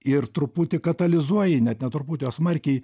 ir truputį katalizuoji net ne truputį o smarkiai